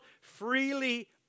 freely